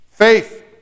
faith